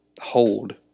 hold